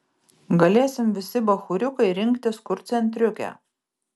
galėsim visi bachūriukai rinktis kur centriuke